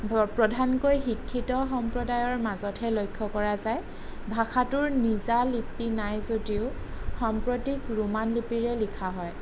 ধৰ প্ৰধানকৈ শিক্ষিত সম্প্ৰদায়ৰ মাজতহে লক্ষ্য কৰা যায় ভাষাটোৰ নিজা লিপি নাই যদিও সাম্প্ৰতিক ৰোমান লিপিৰে লিখা হয়